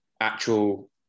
actual